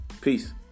Peace